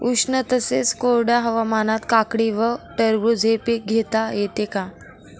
उष्ण तसेच कोरड्या हवामानात काकडी व टरबूज हे पीक घेता येते का?